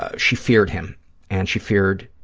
ah she feared him and she feared